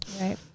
right